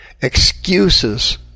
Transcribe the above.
Excuses